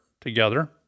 together